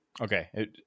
Okay